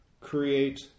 create